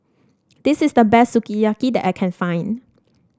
this is the best Sukiyaki that I can find